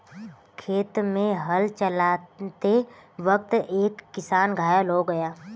खेत में हल चलाते वक्त एक किसान घायल हो गया